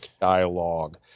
dialogue